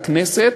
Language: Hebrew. הכנסת,